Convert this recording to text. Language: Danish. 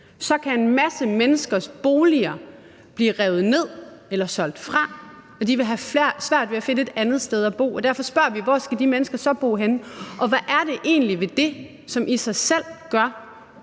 vi ser lige nu, kan blive revet ned eller solgt fra, og de vil have svært ved at finde et andet sted at bo. Derfor spørger vi: Hvor skal de mennesker så bo henne? Hvad er det egentlig ved det, som i sig selv gør,